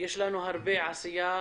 יש הרבה עשייה